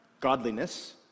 godliness